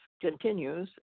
continues